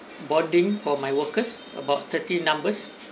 bonding for my workers about thirty numbers